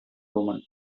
omen